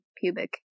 pubic